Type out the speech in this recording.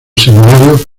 seminario